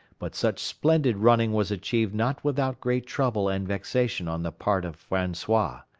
but such splendid running was achieved not without great trouble and vexation on the part of francois.